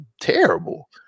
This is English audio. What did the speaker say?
terrible